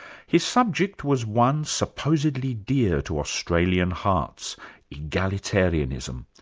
his subject was one supposedly dear to australian hearts egalitarianism.